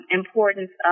importance